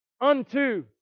unto